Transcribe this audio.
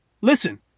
Listen